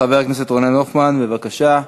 חבר הכנסת רונן הופמן, בבקשה,